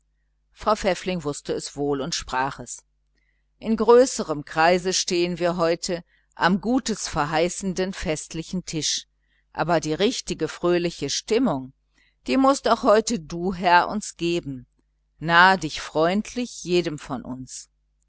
frau pfäffling wußte es wohl und sprach es in größerem kreise stehen wir heute am gutes verheißenden festlichen tisch aber die richtige fröhliche stimmung die mußt auch heute du herr uns geben nahe dich freundlich jedem von uns